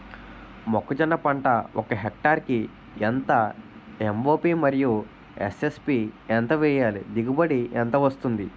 మొక్కజొన్న పంట ఒక హెక్టార్ కి ఎంత ఎం.ఓ.పి మరియు ఎస్.ఎస్.పి ఎంత వేయాలి? దిగుబడి ఎంత వస్తుంది?